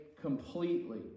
completely